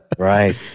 Right